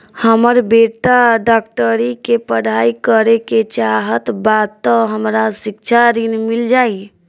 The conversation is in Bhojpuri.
हमर बेटा डाक्टरी के पढ़ाई करेके चाहत बा त हमरा शिक्षा ऋण मिल जाई?